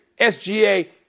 SGA